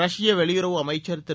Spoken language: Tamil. ரஷ்ய வெளியுறவு அமைச்சர் திரு